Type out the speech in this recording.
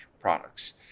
products